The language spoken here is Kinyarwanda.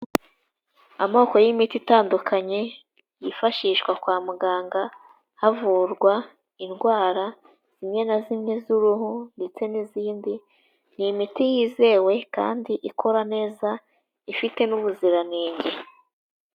Amoko y'imiti itandukanye, yifashishwa kwa muganga havurwa indwara zimwe na zimwe z'uruhu ndetse n'izindi, ni imiti yizewe kandi ikora neza ifite n'ubuziranenge.